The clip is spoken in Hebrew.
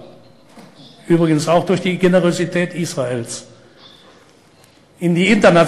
בגלל הנכונות של השכנים שלנו להושיט יד לשלום לגרמניה,